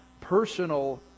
personal